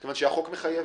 זה ממש לא חוקי.